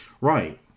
Right